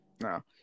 No